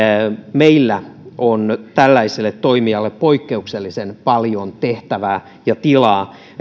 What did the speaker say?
meillä on tällaiselle toimijalle poikkeuksellisen paljon tehtävää ja tilaa